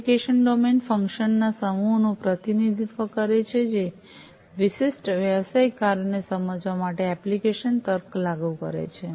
application domain function ના સમૂહનું પ્રતિનિધિત્વ કરે છે જે વિશિષ્ટ વ્યવસાયિક કાર્યોને સમજવા માટે એપ્લિકેશન તર્ક લાગુ કરે છે